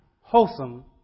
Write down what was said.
wholesome